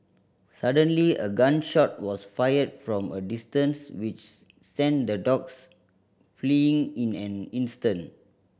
suddenly a gun shot was fired from a distance which sent the dogs fleeing in an instant